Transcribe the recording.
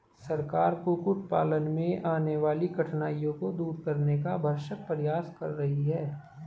सरकार कुक्कुट पालन में आने वाली कठिनाइयों को दूर करने का भरसक प्रयास कर रही है